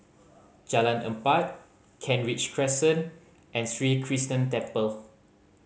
Jalan Empat Kent Ridge Crescent and Sri Krishnan Temple